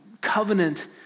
covenant